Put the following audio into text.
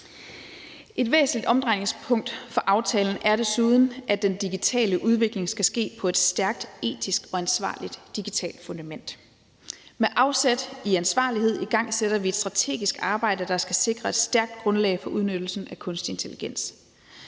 Et væsentligt omdrejningspunkt for aftalen er desuden, at den digitale udvikling skal ske på et stærkt etisk og ansvarligt digitalt fundament. Med afsæt i ansvarlighed igangsætter vi et strategisk arbejde, der skal sikre et stærkt grundlag for udnyttelsen af kunstig intelligens.